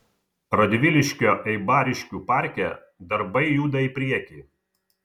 radviliškio eibariškių parke darbai juda į priekį